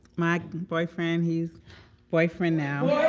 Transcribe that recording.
my boyfriend. he's boyfriend now